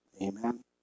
Amen